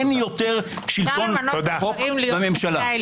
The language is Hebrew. אין יותר שלטון חוק בממשלה.